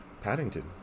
Paddington